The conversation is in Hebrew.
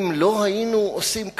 אם לא היינו עושים כך,